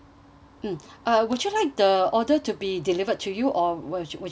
uh would you like the order to be delivered to you or would would you like to pick up